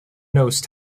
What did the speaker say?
nose